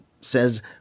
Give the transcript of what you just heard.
says